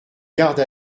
garde